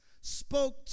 spoke